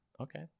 Okay